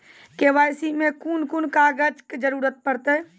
KYC मे कून कून कागजक जरूरत परतै?